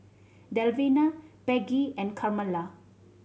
Delfina Peggie and Carmela